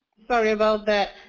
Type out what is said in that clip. sorry about that.